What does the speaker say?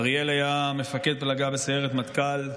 אריאל היה מפקד פלגה בסיירת מטכ"ל.